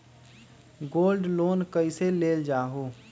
Gold loan कईसे लेल जाहु?